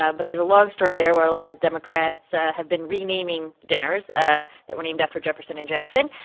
ah but there's a long story there where a lot of democrats have been renaming dinners ah that were named after jefferson and jackson.